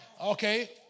Okay